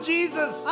Jesus